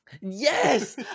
yes